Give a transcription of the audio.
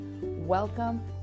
Welcome